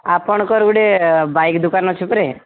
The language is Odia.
ଆପଣଙ୍କର ଗୋଟେ ବାଇକ୍ ଦୋକାନ ଅଛି ପରେ